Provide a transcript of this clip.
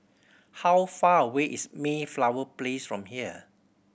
how far away is Mayflower Place from here